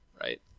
right